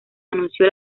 anunció